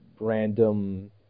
random